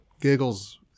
giggles